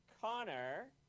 Connor